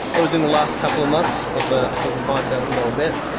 that was in the last couple of months, off ah i think a five thousand dollars bet.